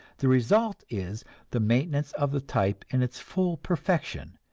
the result is the maintenance of the type in its full perfection,